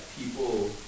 people